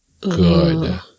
good